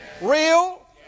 Real